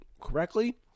correctly